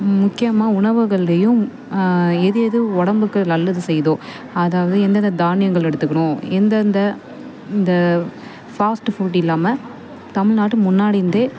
முக்கியமாக உணவுகள்லேயும் எது எது உடம்புக்கு நல்லது செய்யுதோ அதாவது எந்தெந்த தானியங்கள் எடுத்துக்கிறோம் எந்தெந்த இந்த ஃபாஸ்ட்டு ஃபுட் இல்லாமல் தமிழ்நாட்டு முன்னாடி இருந்தே